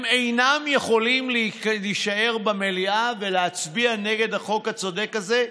הם אינם יכולים להישאר במליאה ולהצביע נגד החוק הצודק הזה,